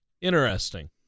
Interesting